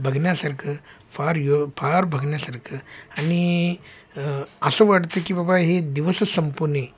बघण्यासारखं फार यो फार बघण्यासारखं आणि असं वाटतं की बाबा हे दिवसं संपू नये